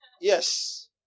Yes